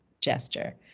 gesture